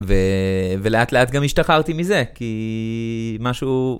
ולאט לאט גם השתחררתי מזה, כי משהו...